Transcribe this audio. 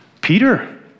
Peter